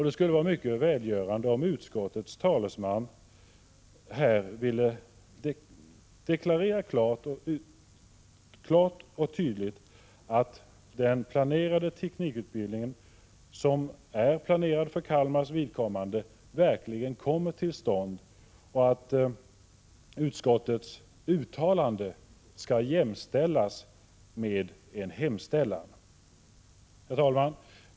Det skulle vara mycket välgörande om utskottets talesman här ville deklarera klart och tydligt att den teknikutbildning som planeras för Kalmars vidkommande verkligen kommer till stånd och att utskottets uttalande skall jämställas med en hemställan. Herr talman!